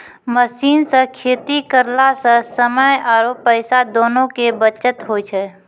machine सॅ खेती करला स समय आरो पैसा दोनों के बचत होय छै